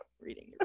reading